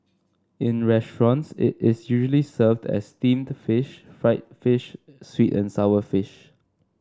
in restaurants it is usually served as steamed fish fried fish sweet and sour fish